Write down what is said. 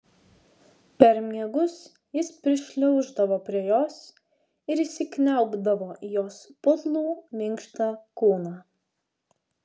per miegus jis prišliauždavo prie jos ir įsikniaubdavo į jos putlų minkštą kūną